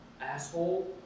asshole